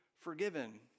forgiven